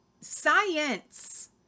Science